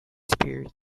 spirit